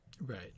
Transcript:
right